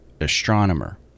astronomer